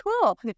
cool